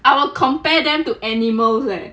I will compare them to animals leh